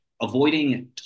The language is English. avoiding